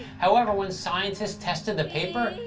however, when scientists tested the paper,